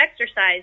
exercise